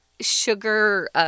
sugar